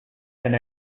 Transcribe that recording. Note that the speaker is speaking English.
and